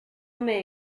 may